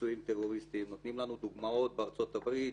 נותנים לנו דוגמאות בארצות-הברית,